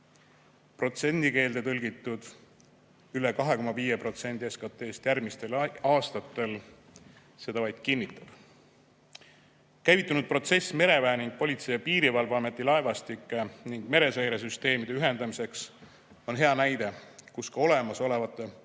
Protsendikeelde tõlgitult: üle 2,5% SKT‑st järgmistel aastatel seda vaid kinnitab. Käivitunud protsess mereväe ning Politsei‑ ja Piirivalveameti laevastiku ning mereseiresüsteemide ühendamiseks on hea näide, et ka olemasolevate